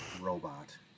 robot